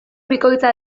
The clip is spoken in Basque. bikoitza